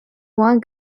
one